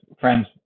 friends